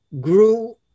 grew